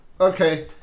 Okay